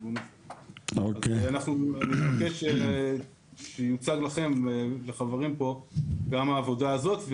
אז אנחנו נבקש שיוצג לכם ולחברים פה גם העבודה הזאת.